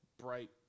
bright